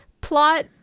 plot